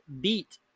beat